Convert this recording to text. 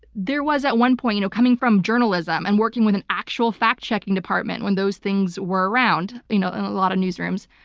there was at one point you know coming from journalism and working with an actual fact-checking department when those things were around you know in a lot of newsrooms,